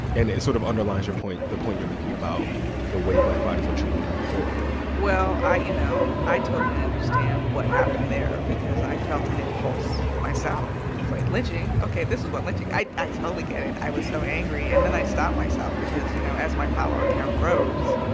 and it sort of underlines your point the point you're making about the way black bodies are treated in horror well, i you know, know, i totally understand what happened there because i felt an impulse myself. like, lynching ok, this is what lynching i i totally get it. i was so angry. and then i stopped myself because, you know, as my follower count grows,